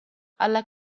alla